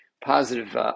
positive